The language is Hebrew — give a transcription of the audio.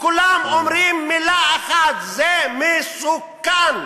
כולם אומרים מילה אחת: זה מסוכן.